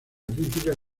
crítica